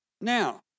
Now